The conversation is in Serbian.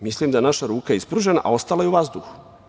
Mislim da je naša ruka ispružena, a ostala je u vazduhu.